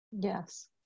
Yes